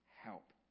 help